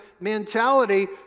mentality